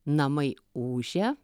namai ūžia